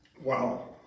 wow